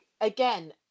again